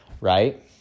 right